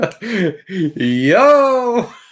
Yo